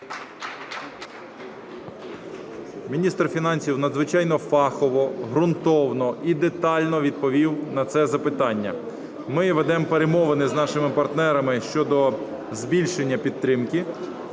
Міністр фінансів надзвичайно фахово, ґрунтовно і детально відповів на це запитання. Ми ведемо перемовини з нашими партнерами щодо збільшення підтримки.